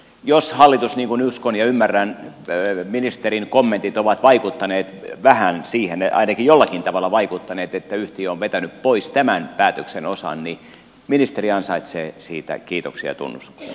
jos ministerin kommentit niin kuin uskon ja ymmärrän ovat vaikuttaneet vähän siihen ainakin jollakin tavalla vaikuttaneet että yhtiö on vetänyt pois tämän päätöksen osan niin ministeri ansaitsee siitä kiitokset ja tunnustuksen